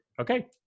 Okay